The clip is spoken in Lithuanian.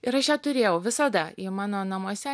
ir aš ją turėjau visada ji mano namuose